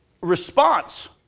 response